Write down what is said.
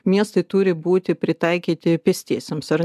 miestai turi būti pritaikyti pėstiesiems ar